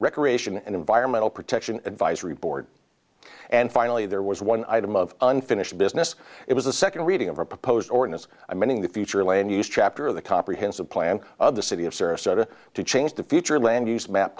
recreation and environmental protection advisory board and finally there was one item of unfinished business it was a second reading of a proposed ordinance amending the future land use chapter of the comprehensive plan of the city of sarasota to change the future land use map